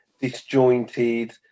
disjointed